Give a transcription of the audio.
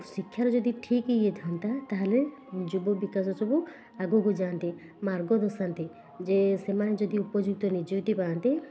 ଶିକ୍ଷାର ଯଦି ଠିକ୍ ଇଏ ଥାନ୍ତା ତା'ହେଲେ ଯୁବ ବିକାଶ ସବୁ ଆଗକୁ ଯାଆନ୍ତେ ମାର୍ଗ ଦର୍ଶାନ୍ତେ ଯେ ସେମାନେ ଯଦି ଉପଯୁକ୍ତ ନିଯୁକ୍ତି ପାଆନ୍ତେ